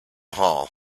hall